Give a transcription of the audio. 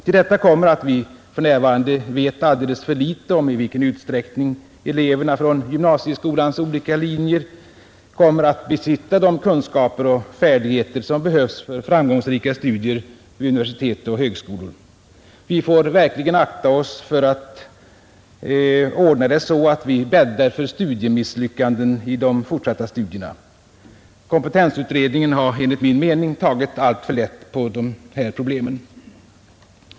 Till detta kommer att vi för närvarande vet alldeles för litet om i vilken utsträckning eleverna från gymnasieskolans olika linjer kommer att besitta de kunskaper och färdigheter som behövs för framgångsrika studier vid universitet och högskolor. Vi får verkligen akta oss för att ordna det så att vi bäddar för misslyckanden i de fortsatta studierna. Kompetensutredningen har enligt min mening tagit alltför lätt på dessa problem.